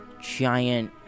giant